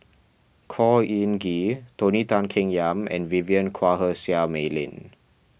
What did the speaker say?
Khor Ean Ghee Tony Tan Keng Yam and Vivien Quahe Seah Mei Lin